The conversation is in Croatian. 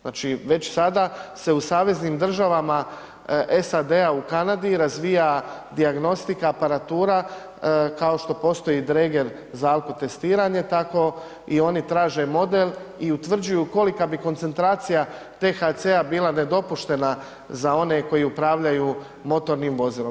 Znači, već sada se u saveznim državama SAD-a u Kanadi razvija dijagnostika aparatura kao što postoji dreger za alkotestiranje, tako i oni traže model i utvrđuju kolika bi koncentracija THC-a bila nedopuštena za one koji upravljaju motornim vozilom.